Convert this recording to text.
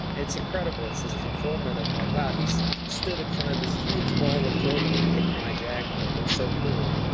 it's incredible. it's this fulfillment of like, wow stood in front of this huge wall of clothing and picked my jacket. like that's so cool.